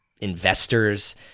investors